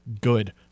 good